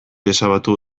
ezabatu